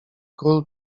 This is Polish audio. król